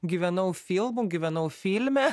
gyvenau filmu gyvenau filme